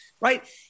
right